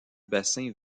bassin